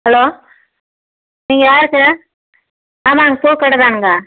hello நீங்கள் யார் sir ஆமாங்க பூ கடைதான்ங்க